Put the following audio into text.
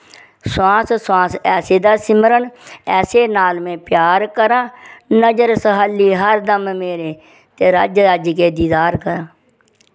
स्वास स्वास ऐसे दा सिमरन ऐसी नाल में प्यार करां नजर सबल्ली हर दम मेरे ते रज रजके दीदार करां